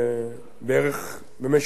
במשך כשנתיים